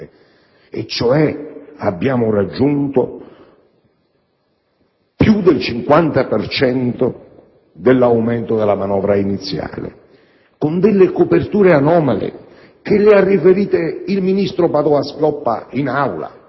cioè abbiamo raggiunto più del 50 per cento di aumento della manovra iniziale, con delle coperture anomale; le ha riferite il ministro Padoa-Schioppa in Aula